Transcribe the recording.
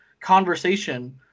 conversation